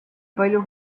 palju